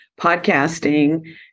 podcasting